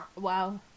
Wow